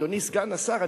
אדוני סגן השר,